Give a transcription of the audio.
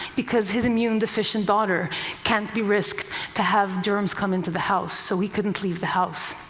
because his immune deficient daughter can't be risked to have germs come into the house, so he couldn't leave the house.